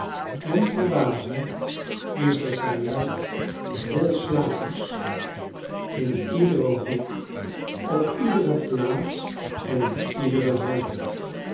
en verbazing is de kajuit vol slapers in iederen hoek op iedere plaats en in iedere houding